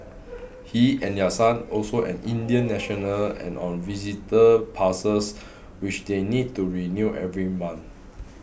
he and their son also an Indian national and on visitor passes which they need to renew every month